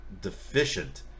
deficient